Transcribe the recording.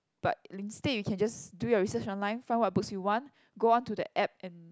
but instead you can just do your research online find what books you want go onto the app and